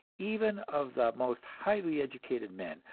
even of the most highly educated men,